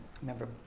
remember